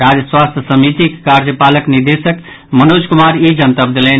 राज्य स्वास्थ्य समितिक कार्यपालक निदेशक मनोज कुमार ई जनतब देलनि